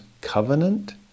covenant